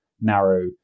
narrow